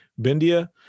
Bindia